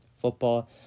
football